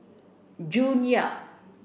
June Yap